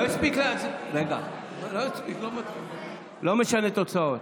לא משנה תוצאות.